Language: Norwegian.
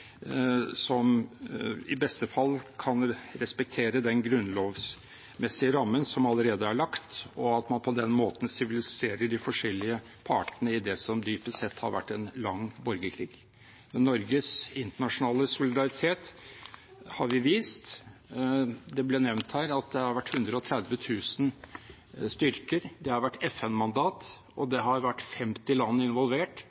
som i beste fall kan respektere den grunnlovsmessige rammen som allerede er lagt, og at man på den måten siviliserer de forskjellige partene i det som dypest sett har vært en lang borgerkrig. Norges internasjonale solidaritet har vi vist. Det ble nevnt at det har vært 130 000 styrker, det har vært FN-mandat, og det har vært 50 land involvert